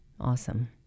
Awesome